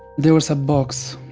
there was a box.